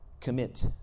commit